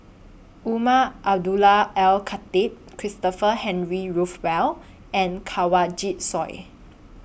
Umar Abdullah Al Khatib Christopher Henry Rothwell and Kanwaljit Soin